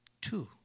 Two